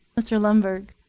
mr. lundberg.